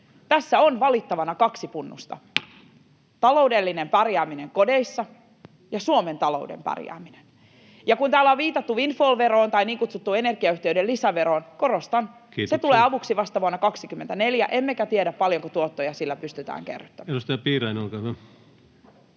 Tässä on valittavana kaksi punnusta: taloudellinen pärjääminen kodeissa ja Suomen talouden pärjääminen. Ja kun täällä on viitattu windfall-veroon tai niin kutsuttuun energiayhtiöiden lisäveroon, niin korostan: [Puhemies: Kiitoksia!] se tulee avuksi vasta vuonna 24, emmekä tiedä, paljonko tuottoja sillä pystytään kerryttämään.